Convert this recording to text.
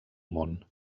món